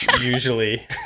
usually